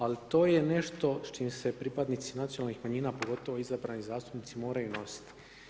Ali to je nešto s čim se pripadnici nacionalnih manjina, pogotovo izabrani zastupnici moraju nositi.